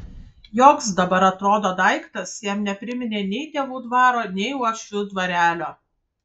joks dabar atrodo daiktas jam nepriminė nei tėvų dvaro nei uošvių dvarelio